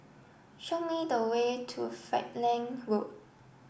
show me the way to Falkland Road